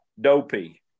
dopey